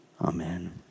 amen